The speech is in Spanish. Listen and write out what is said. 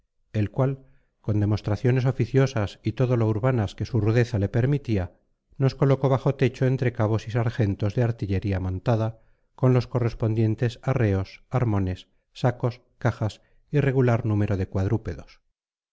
el cual con demostraciones oficiosas y todo lo urbanas que su rudeza le permitía nos colocó bajo techo entre cabos y sargentos de artillería montada con los correspondientes arreos armones sacos cajas y regular número de cuadrúpedos